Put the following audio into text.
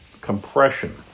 compression